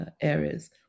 areas